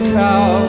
cow